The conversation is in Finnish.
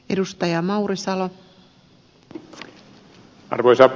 arvoisa rouva puhemies